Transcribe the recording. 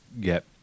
get